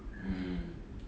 mm